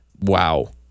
Wow